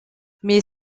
mais